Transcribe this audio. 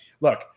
Look